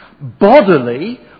bodily